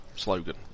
slogan